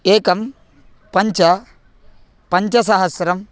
एकं पञ्च पञ्चसहस्रं